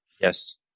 Yes